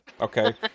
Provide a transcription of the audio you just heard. Okay